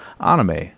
anime